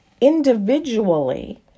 individually